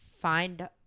find